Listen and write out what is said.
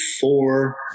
four